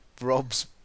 Rob's